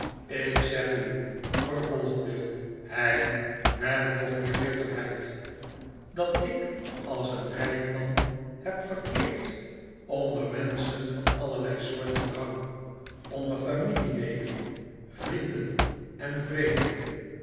ik zeg u vervolgde hij met nog meer bitterheid dat ik als een rijk man heb verkeerd onder menschen van allerlei soort en rang onder familieleden vrienden en vreemden